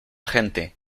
gente